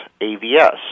AVS